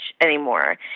anymore